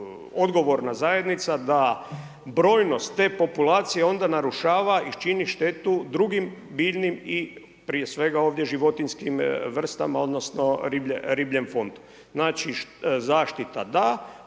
odgovorna zajednica da brojnost te populacije onda narušava i čini štetu drugim biljnim i prije svega ovdje životinjskim vrstama odnosno ribljem fondu. Znači zaštita da,